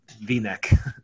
V-neck